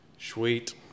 Sweet